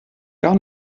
gar